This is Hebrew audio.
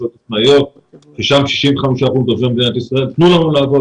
תנו לנו לעבוד,